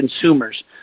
consumers